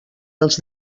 els